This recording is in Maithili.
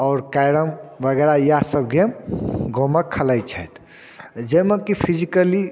आओर कैरम वगैरह इएह सब गेम गावँमे खेलाइ छथि जै मे कि फिजिकली